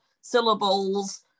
syllables